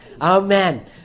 Amen